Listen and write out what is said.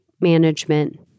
management